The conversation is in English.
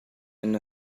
and